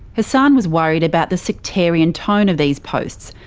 hassan was worried about the sectarian tone of these posts,